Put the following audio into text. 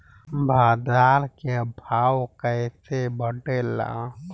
बाजार के भाव कैसे बढ़े ला?